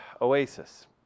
Oasis